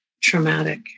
traumatic